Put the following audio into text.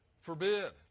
forbid